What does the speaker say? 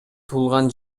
туулган